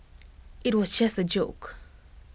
IT was just A joke